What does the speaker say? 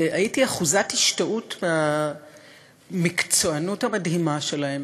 והייתי אחוזת השתאות מהמקצוענות המדהימה שלהם,